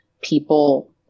people